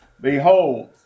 Behold